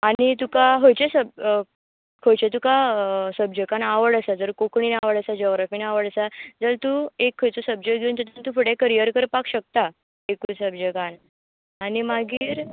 आनी तुका खंयचे सब खंयचे तुका सब्जॅकान आवड आसा जर कोंकणीन आवड आसा जॉग्रॉफीन आवड आसा जर तूं एक खंयचो सब्जॅक्ट घेवन तितून तूं करियर करपाक शक्ता एक खंयच्या सब्जॅकान आनी मागीर